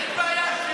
אין בעיה,